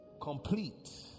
Complete